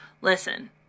Listen